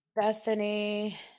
Bethany